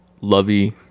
lovey